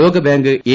ലോക bank A